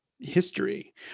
History